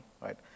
right